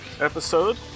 episode